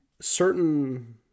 certain